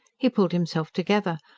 he pulled himself together.